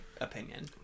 opinion